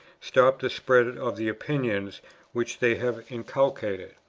stop the spread of the opinions which they have inculcated.